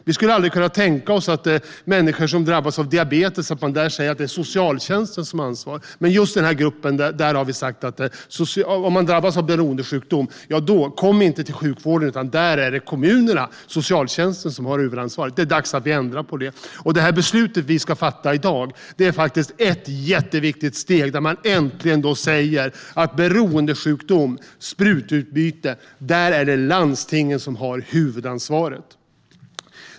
Vi skulle aldrig kunna tänka oss att säga att det är socialtjänsten som ska ansvara för människor som drabbas av diabetes, men just när man drabbas av beroendesjukdom ska man inte komma till sjukvården, utan då är det kommunernas socialtjänst som har huvudansvaret. Det är dags att vi ändrar på det, och det beslut som vi ska fatta i dag är ett jätteviktigt steg. Äntligen säger man att vid beroendesjukdom och sprututbyte är det landstingen som har huvudansvaret.